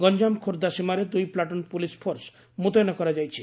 ଗଞାମ ଖୋର୍ଦ୍ଧା ସୀମାରେ ଦୁଇ platoon police force ମୁତୟନ କରାଯାଇଛି